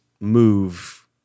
move